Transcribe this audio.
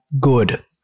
good